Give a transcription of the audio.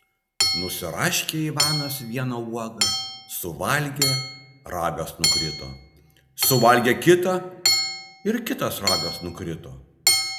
nusiraškė ivanas vieną uogą suvalgė ragas nukrito suvalgė kitą ir kitas ragas nukrito